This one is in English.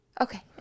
Okay